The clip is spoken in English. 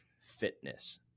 fitness